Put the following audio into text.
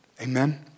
Amen